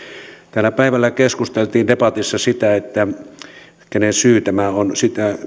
täällä päivällä keskusteltiin debatissa siitä kenen syy tämä on sitä